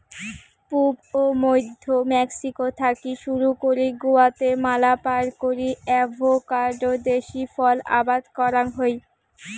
পুব ও মইধ্য মেক্সিকো থাকি শুরু করি গুয়াতেমালা পার করি অ্যাভোকাডো দেশী ফল আবাদ করাং হই